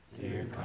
dear